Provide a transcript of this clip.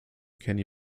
kenny